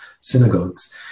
synagogues